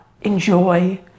enjoy